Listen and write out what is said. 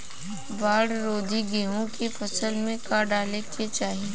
बाढ़ रोधी गेहूँ के फसल में का डाले के चाही?